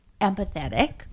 empathetic